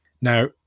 Now